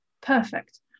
Perfect